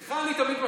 לך אני תמיד מקשיב.